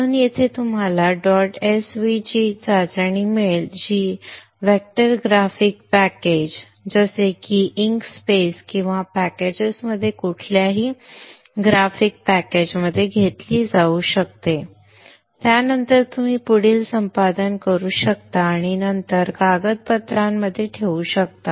म्हणून येथे तुम्हाला डॉट svg चाचणी मिळेल जी व्हेक्टर ग्राफिक पॅकेज जसे की इंक स्केप किंवा पॅकेजेसमध्ये कोणत्याही ग्राफिक पॅकेज मध्ये घेतली जाऊ शकते त्यानंतर तुम्ही पुढील संपादन करू शकता आणि नंतर कागदपत्रांमध्ये ठेवू शकता